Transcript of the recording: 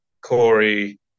Corey